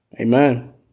Amen